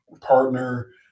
partner